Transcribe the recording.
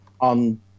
on